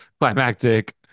climactic